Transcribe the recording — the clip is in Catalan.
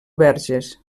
verges